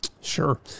Sure